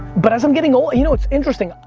but, as i'm getting older, you know, it's interesting,